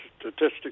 statistics